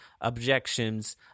objections